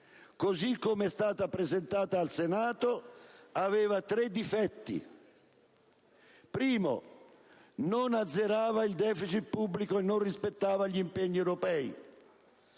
così come è stata presentata al Senato aveva tre difetti. Innanzi tutto, non azzerava il deficit pubblico e non rispettava gli impegni europei;